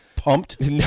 Pumped